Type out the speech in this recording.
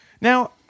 Now